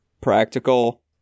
Practical